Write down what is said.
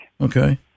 Okay